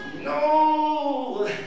No